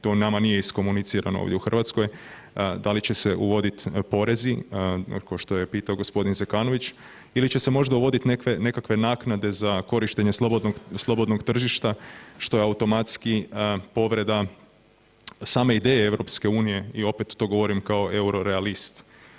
To nama ovdje nije iskomunicirano u Hrvatskoj, da li će se uvoditi porezi, kao što je pitao g. Zekanović ili će se možda uvoditi nekakve naknade za korištenje slobodnog tržišta, što je automatski povreda same ideje EU i opet, to govorim kao eurorealist.